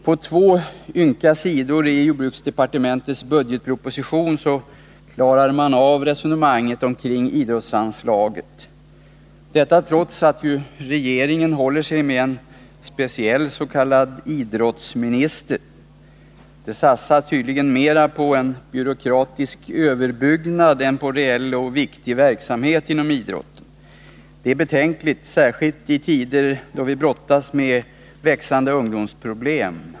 På två ynka sidor i jordbruksdepartementets budgetproposition klarar man av resonemanget kring idrottens anslag — detta trots att regeringen håller sig med en speciell s.k. idrottsminister. Det satsas tydligen mera på en byråkratisk överbyggnad än på en reell och viktig verksamhet inom idrotten. Det är betänkligt, särskilt i tider då vi brottas med växande ungdomsproblem.